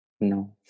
No